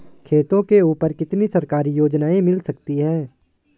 खेतों के ऊपर कितनी सरकारी योजनाएं मिल सकती हैं?